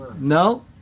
No